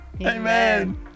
amen